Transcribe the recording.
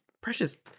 precious